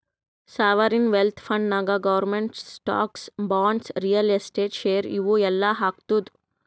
sovereign wealth ಫಂಡ್ನಾಗ್ government stocks, bonds, real estate, share ಇವು ಎಲ್ಲಾ ಹಾಕ್ತುದ್